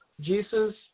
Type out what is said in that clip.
Jesus